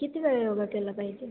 किती वेळ योगा केला पाहिजे